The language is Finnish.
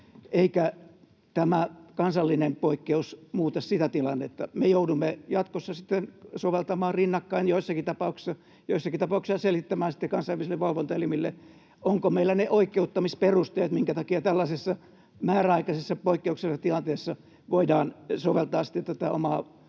eikä tämä kansallinen poikkeus muuta sitä tilannetta. Me joudumme jatkossa sitten soveltamaan näitä rinnakkain joissakin tapauksissa, joissakin tapauksissa selittämään sitten kansainvälisille valvontaelimille, onko meillä ne oikeuttamisperusteet, minkä takia tällaisessa määräaikaisessa poikkeuksellisessa tilanteessa voidaan soveltaa tätä omaa